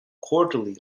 quarterly